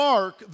Mark